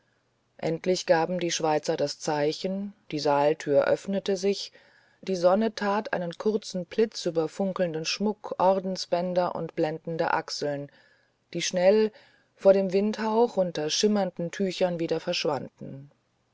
endlich gaben die schweizer das zeichen die saaltür öffnete sich die sonne tat einen kurzen blitz über funkelnden schmuck ordensbänder und blendende achseln die schnell vor dem winterhauch unter schimmernden tüchern wieder verschwanden